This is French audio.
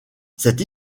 cette